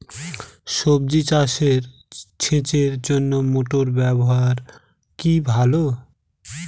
সবজি চাষে সেচের জন্য মোটর ব্যবহার কি ভালো?